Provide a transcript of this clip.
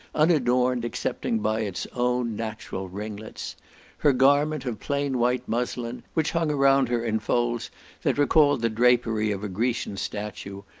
unadorned excepting by its own natural ringlets her garment of plain white muslin, which hung around her in folds that recalled the drapery of a grecian statue,